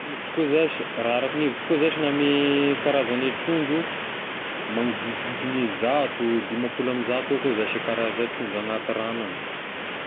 Ny hevitro koa zashy, raha araka ny hevitro koa zashy ny ame karaza ny trondro manodidididy ny zato, dimapolo ame zato akoa zashy e karaza trondro anaty ragno agny.